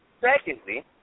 secondly